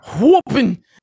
whooping